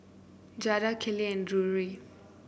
Jada Kellie and Drury